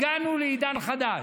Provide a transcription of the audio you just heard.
הגענו לעידן חדש,